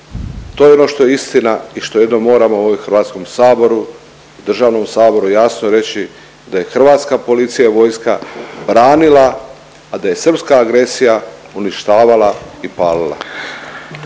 To je ono što je istina i što jednom moramo ovdje u HS, državno saboru, jasno reći da je hrvatska policija i vojska branila, a da je srpska agresija uništavala i palila.